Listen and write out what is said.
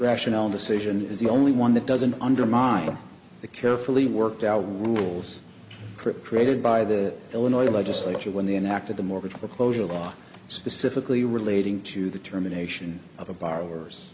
rational decision is the only one that doesn't undermine the carefully worked out rules crip created by the illinois legislature when the enacted the mortgage foreclosure law specifically relating to the terminations of a b